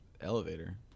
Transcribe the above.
elevator